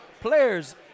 Players